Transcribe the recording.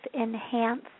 enhance